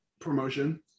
promotion